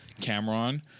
Cameron